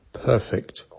perfect